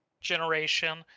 generation